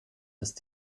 ist